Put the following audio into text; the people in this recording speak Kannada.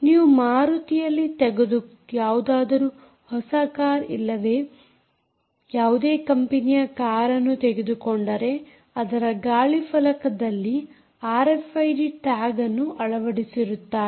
ನೀವು ಮಾರುತಿಯಲ್ಲಿ ಯಾವುದಾದರೂ ಹೊಸ ಕಾರ್ ಇಲ್ಲವೇ ಯಾವುದೇ ಕಂಪನಿಯ ಕಾರ್ ಅನ್ನು ತೆಗೆದುಕೊಂಡರೆ ಅದರ ಗಾಳಿಫಲಕದಲ್ಲಿ ಆರ್ಎಫ್ಐಡಿ ಟ್ಯಾಗ್ ಅನ್ನು ಅಳವಡಿಸಿರುತ್ತಾರೆ